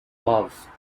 love